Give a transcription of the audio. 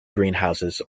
greenhouses